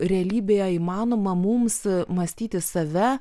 realybėje įmanoma mums mąstyti save